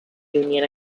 union